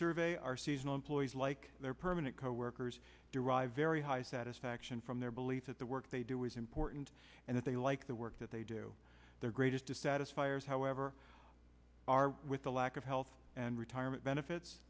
survey our seasonal employees like their permanent coworkers derive very high satisfaction from their belief that the work they do is important and that they like the work that they do their greatest to satisfy years however are with the lack of health and retirement benefits